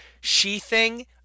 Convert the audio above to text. She-Thing